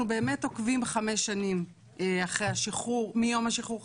אנחנו באמת עוקבים מיום השחרור,